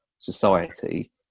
society